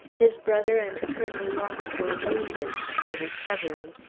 his brother and colonel lock were wounded, though recovering,